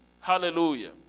Hallelujah